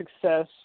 success